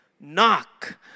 knock